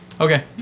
Okay